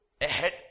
ahead